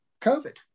COVID